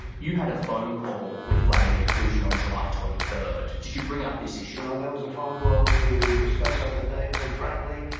you had a phone call with vladimir putin on july twenty third. did you bring up this issue? no, that was a phone call to discuss other things, and frankly,